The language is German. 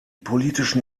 politischen